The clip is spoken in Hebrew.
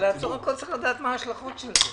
אבל צריך להגיד מה ההשלכות של נעצור הכול.